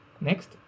next